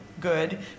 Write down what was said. good